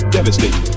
Devastating